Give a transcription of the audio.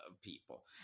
people